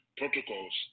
protocols